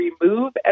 remove